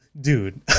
Dude